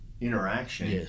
interaction